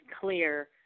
clear